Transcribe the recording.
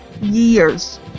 years